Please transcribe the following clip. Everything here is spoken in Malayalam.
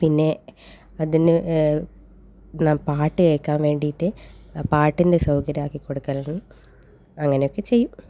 പിന്നെ അതിന് ന്ന പാട്ട് കേൾക്കാൻ വേണ്ടിയിട്ട് പാട്ടിൻ്റെ സൗകര്യം ആക്കിക്കൊടുക്കൽ അങ്ങനെ ഒക്കെ ചെയ്യും